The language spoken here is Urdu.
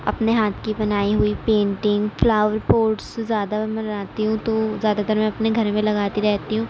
اپنے ہاتھ کی بنائی ہوئی پینٹنگ فلاور پوٹس زیادہ بناتی ہوں تو زیادہ تر میں اپنے گھر میں لگاتی رہتی ہوں